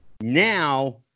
Now